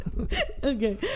Okay